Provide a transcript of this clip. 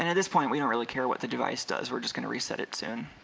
and this point we don't really care what the device does we're just gonna reset its in